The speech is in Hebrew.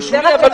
הוא שולי,